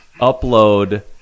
upload